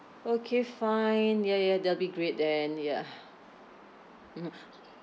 okay fine ya ya that'll be great then ya mmhmm